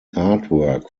artwork